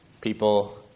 People